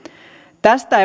tästä